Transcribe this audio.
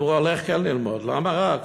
אם הוא הולך כן ללמוד, למה רק?